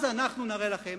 אז אנחנו נראה לכם.